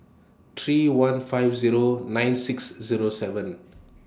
three one five Zero nine six Zero seven